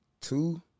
two